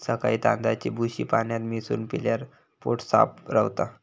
सकाळी तांदळाची भूसी पाण्यात मिसळून पिल्यावर पोट साफ रवता